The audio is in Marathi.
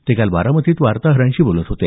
ते काल बारामतीत वार्ताहरांशी बोलत होते